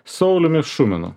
sauliumi šuminu